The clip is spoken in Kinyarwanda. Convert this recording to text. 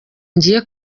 ngiye